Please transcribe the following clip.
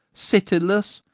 cityless,